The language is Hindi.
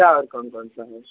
क्या और कौन कौन सा है